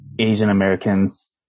Asian-Americans